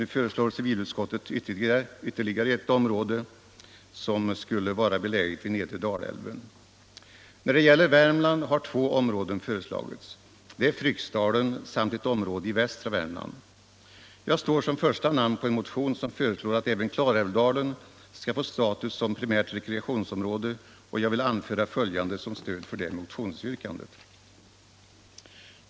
Nu föreslår civilutskottet ytterligare ett område, som är beläget vid nedre Dalälven. När det gäller Värmland har två områden föreslagits. Det är Fryksdalen samt en del av västra Värmland. Jag står som undertecknare och första namn på en motion som föreslår att även Klarälvsdalen skall få status som primärt rekreationsområde, och jag vill anföra följande som stöd för det motionsyrkandet.